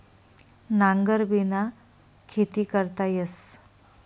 नांगरबिना खेती करता येस